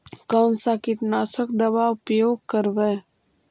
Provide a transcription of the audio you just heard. कोन सा कीटनाशक दवा उपयोग करबय?